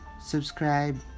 subscribe